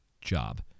job